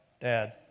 dad